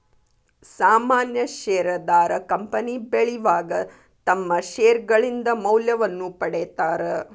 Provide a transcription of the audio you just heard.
ಸಾಮಾನ್ಯ ಷೇರದಾರ ಕಂಪನಿ ಬೆಳಿವಾಗ ತಮ್ಮ್ ಷೇರ್ಗಳಿಂದ ಮೌಲ್ಯವನ್ನ ಪಡೇತಾರ